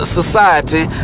society